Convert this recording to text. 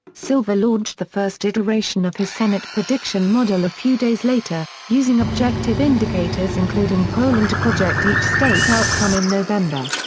silver launched the first iteration of his senate prediction model a few days later, using objective indicators including polling to project each state outcome in november.